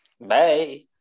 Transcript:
bye